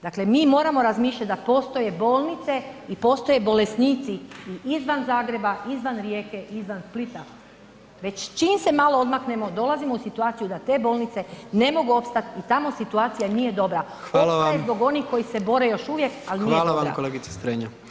Dakle mi moramo razmišljat da postoje bolnice i postoje bolesnici i izvan Zagreba, izvan Rijeke, izvan Splita, već čim se malo odmaknemo dolazimo u situaciju da te bolnice ne mogu opstat i tamo situacija nije dobra [[Upadica: Hvala vam]] opstaju zbog onih koji se bore još uvijek [[Upadica: Hvala vam kolegice Strenja]] al nije dobra.